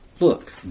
Look